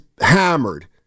hammered